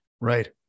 right